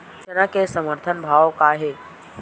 चना के समर्थन भाव का हे?